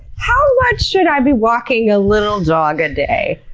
how much should i be walking a little dog a day?